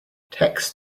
text